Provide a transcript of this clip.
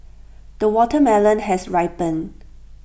the watermelon has ripened